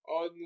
on